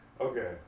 Okay